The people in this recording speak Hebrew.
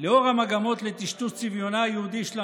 לאור המגמות לטשטוש צביונה היהודי של המדינה,